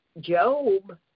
Job